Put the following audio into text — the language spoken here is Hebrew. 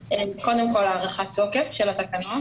לימי ויבשתי,